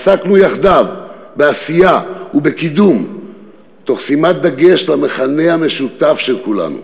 עסקנו יחדיו בעשייה ובקידום תוך שימת דגש במכנה המשותף של כולנו,